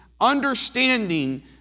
understanding